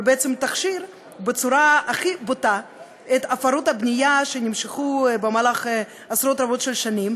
ובעצם תכשיר בצורה הכי בוטה את הפרות הבנייה שנמשכו עשרות רבות של שנים.